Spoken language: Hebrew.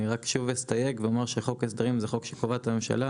אני רק שוב אסתייג ואומר שחוק ההסדרים זה חוק שקובעת הממשלה,